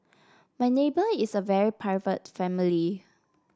my neighbour is a very private family